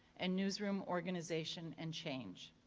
and newsroom organization and change.